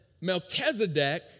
Melchizedek